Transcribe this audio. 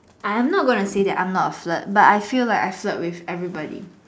I'm not gonna say I'm not a flirt but I feel like I flirt with everybody